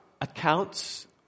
accounts